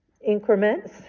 increments